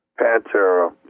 Pantera